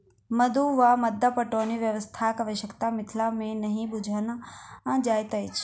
मद्दु वा मद्दा पटौनी व्यवस्थाक आवश्यता मिथिला मे नहि बुझना जाइत अछि